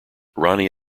ronnie